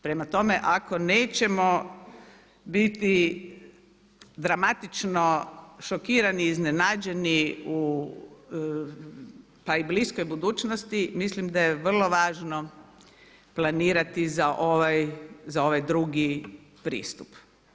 Prema tome, ako nećemo biti dramatično šokirani i iznenađeni pa i bliskoj budućnosti mislim da je vrlo važno planirati za ovaj drugi pristup.